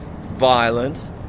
violent